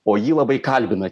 o jį labai kalbina